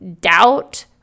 doubt